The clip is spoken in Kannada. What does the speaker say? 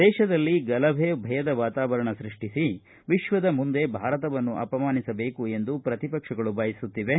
ದೇತದಲ್ಲಿ ಗಲಭೆ ಭಯದ ವಾತಾವರಣ ಸೃಷ್ಟಿಸಿ ವಿಶ್ವದ ಮುಂದೆ ಭಾರತವನ್ನು ಅಪಮಾನಿಸಬೇಕು ಎಂದು ಪ್ರತಿಪಕ್ಷಗಳು ಬಯಸುತ್ತಿವೆ